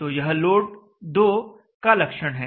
तो यह लोड 2 का लक्षण है